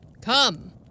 Come